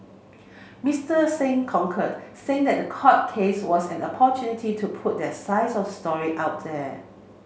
Mister Singh concurred saying that the court case was an opportunity to put their sides of the story out there